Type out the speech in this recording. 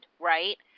right